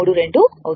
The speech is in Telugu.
732 అవుతుంది